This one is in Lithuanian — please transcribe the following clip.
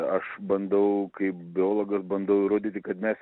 aš bandau kaip biologas bandau įrodyti kad mes